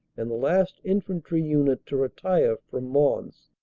and the last infantry unit to retire from mons.